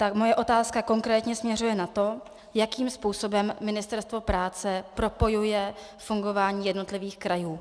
Moje otázka konkrétně směřuje na to, jakým způsobem Ministerstvo práce propojuje fungování jednotlivých krajů.